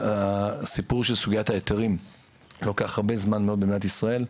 הסיפור של סוגיית ההיתרים לוקח הרבה מאוד זמן במדינת ישראל.